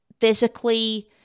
physically